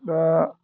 दा